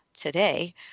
today